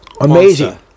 Amazing